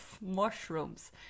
mushrooms